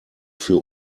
für